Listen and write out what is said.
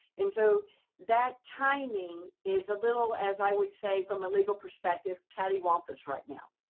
and so that timing is a little, as i would say from a legal perspective, caddywampus right now.